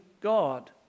God